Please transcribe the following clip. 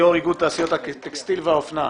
יושב ראש איגוד תעשיות הטקסטיל והאופנה.